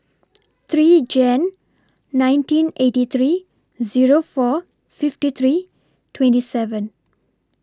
three Jan nineteen eighty three Zero four fifty three twenty seven